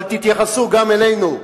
אבל תתייחסו גם אלינו,